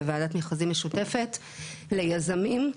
בוועדת מכרזים משותפת ליזמים.